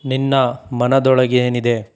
ನಿನ್ನ ಮನದೊಳಗೇನಿದೆ